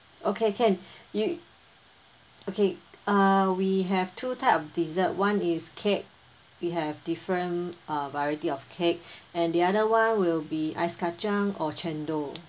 okay can you okay ah we have two type of dessert one is cake we have different uh variety of cake and the other one will be ice kacang or cendol